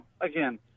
again